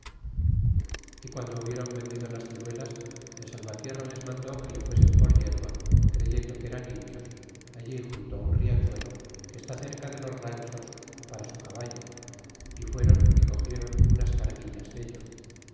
e guando hubiéron vendido las ciruelas el salvatierra les mandó que le fuesen por yerba creyendo que eran indios allí junto un riachuelo que está cerca de los ranchos para su caballo y fueron y cogieron unas carguillas dello